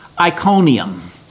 Iconium